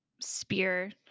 spear